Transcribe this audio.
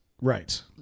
right